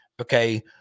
okay